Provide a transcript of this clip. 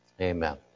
Amen